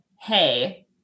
hey